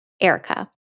Erica